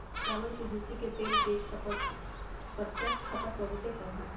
चावल के भूसी के तेल के प्रत्यक्ष खपत बहुते कम हइ